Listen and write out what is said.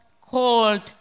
called